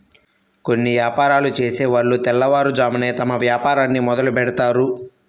కొన్ని యాపారాలు చేసేవాళ్ళు తెల్లవారుజామునే తమ వ్యాపారాన్ని మొదలుబెడ్తారు